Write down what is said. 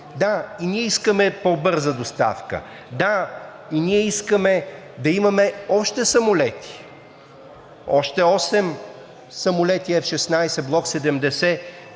Да, и ние искаме по-бърза доставка, да, и ние искаме да имаме още самолети – още осем самолета F-16 Block 70.